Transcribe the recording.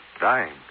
Dying